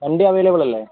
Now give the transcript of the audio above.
വണ്ടി അവൈലബിൾ അല്ലേ